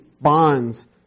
bonds